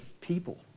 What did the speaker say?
people